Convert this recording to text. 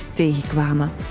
tegenkwamen